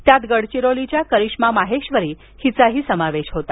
त्यात गडचिरोलीच्या करिश्मा माहेबरी हिचाही समावेश होता